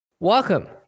Welcome